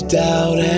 doubt